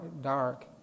dark